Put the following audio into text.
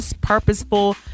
purposeful